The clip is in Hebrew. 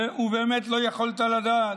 ובאמת לא יכולת לדעת.